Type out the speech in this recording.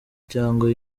cyangwa